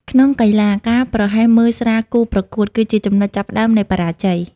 ក្នុងកីឡា ការប្រហែសមើលស្រាលគូប្រកួត គឺជាចំណុចចាប់ផ្ដើមនៃបរាជ័យ។